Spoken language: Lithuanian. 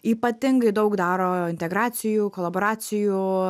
ypatingai daug daro integracijų kolaboracijų